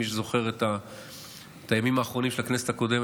מי שזוכר את הימים האחרונים של הכנסת הקודמת,